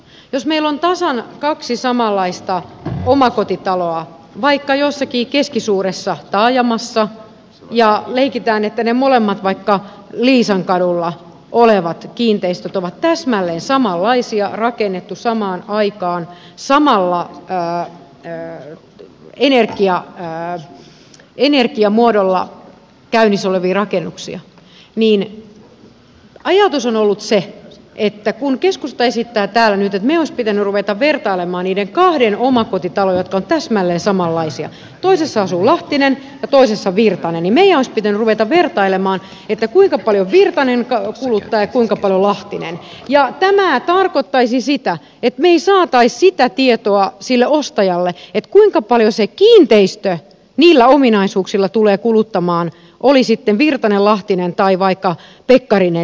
jos meillä on tasan kaksi samanlaista omakotitaloa vaikka jossakin keskisuuressa taajamassa ja leikitään että ne molemmat vaikka liisankadulla olevat kiinteistöt ovat täsmälleen samanlaisia samaan aikaan rakennettuja ja ovat samalla energiamuodolla käynnissä olevia rakennuksia niin ajatus on ollut se että kun keskusta esittää täällä nyt että meidän olisi pitänyt ruveta vertailemaan niiden kahden täsmälleen samanlaisen omakotitalon kohdalla toisessa asuu lahtinen ja toisessa virtanen kuinka paljon virtanen kuluttaa ja kuinka paljon lahtinen tämä tarkoittaisi sitä että me emme saisi ostajalle sitä tietoa kuinka paljon se kiinteistö niillä ominaisuuksilla tulee kuluttamaan omaa rahapussia oli sitten virtanen lahtinen tai vaikka pekkarinen